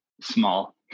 small